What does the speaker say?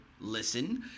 listen